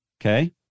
okay